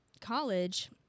college